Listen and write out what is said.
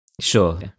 Sure